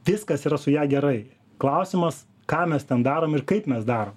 viskas yra su ja gerai klausimas ką mes ten darom ir kaip mes darom